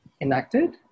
enacted